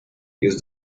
use